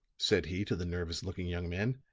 said he to the nervous looking young man,